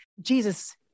Jesus